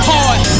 Hard